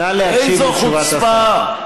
נא להקשיב לתשובת השר.